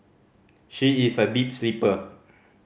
she is a deep sleeper